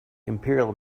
imperial